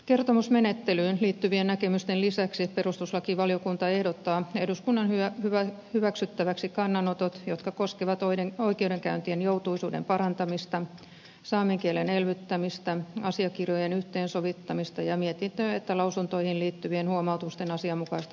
kertomusmenettelyyn liittyvien näkemysten lisäksi perustuslakivaliokunta ehdottaa eduskunnan hyväksyttäväksi kannanotot jotka koskevat oikeudenkäyntien joutuisuuden parantamista saamen kielen elvyttämistä asiakirjojen yhteensovittamista ja mietintöihin ja lausuntoihin liittyvien huomautusten asianmukaista huomioimista